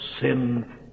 sin